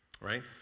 right